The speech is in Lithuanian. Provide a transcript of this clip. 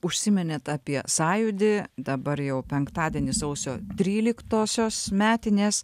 užsiminėt apie sąjūdį dabar jau penktadienį sausio tryliktosios metinės